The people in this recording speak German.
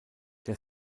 der